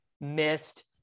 missed